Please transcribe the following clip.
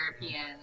European